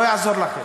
לא יעזור לכם.